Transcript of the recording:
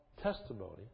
testimony